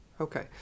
okay